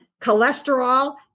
cholesterol